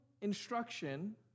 instruction